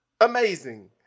Amazing